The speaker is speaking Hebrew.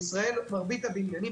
בישראל מרבית הבניינים,